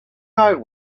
note